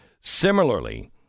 Similarly